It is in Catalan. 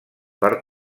per